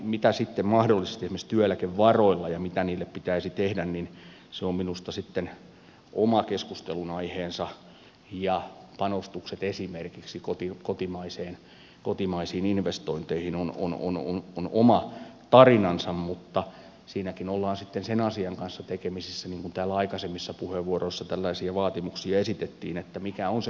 mitä sitten mahdollisesti esimerkiksi työeläkevaroille pitäisi tehdä se on minusta sitten oma keskustelunaiheensa ja panostukset esimerkiksi kotimaisiin investointeihin ovat oma tarinansa mutta siinäkin ollaan sitten sen asian kanssa tekemisissä niin kuin täällä aikaisemmissa puheenvuoroissa tällaisia vaatimuksia esitettiin että mikä on se ykkösjuttu